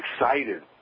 excited